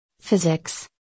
physics